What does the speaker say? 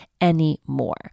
anymore